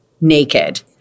naked